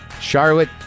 Charlotte